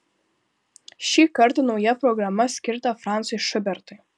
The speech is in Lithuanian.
šį kartą nauja programa skirta francui šubertui